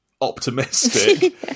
optimistic